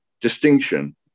distinction